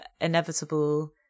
inevitable